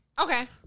Okay